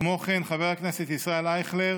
כמו כן, חבר הכנסת ישראל אייכלר